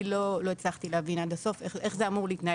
אני לא הצלחתי להבין עד הסוף איך זה אמור להתנהל,